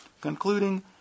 concluding